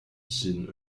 ziehen